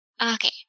Okay